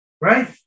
Right